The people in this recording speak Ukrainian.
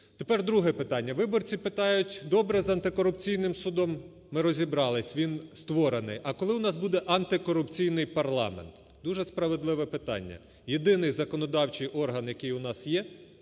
Тепер друге питання. Виборці питають, добре, з антикорупційним судом ми розібралися, він створений, а коли у нас буде антикорупційний парламент? Дуже справедливе питання, єдиний законодавчий орган, який у нас є,